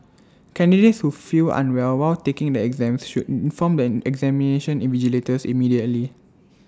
candidates who feel unwell while taking the exams should inform the examination invigilators immediately